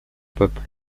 peuple